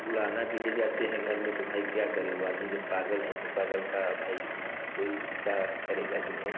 उलाहना भी ले जाते हैं घर में तो भाई क्या करे वो आदमी जब पागल है तो पागल का भाई कोई क्या करेगा जो है